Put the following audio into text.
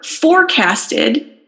forecasted